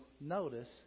notice